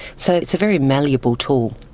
so it's a very malleable tool.